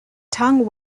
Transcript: tongue